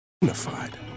unified